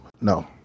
no